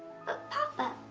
ah papa,